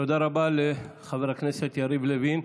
תודה רבה לחבר הכנסת לוין.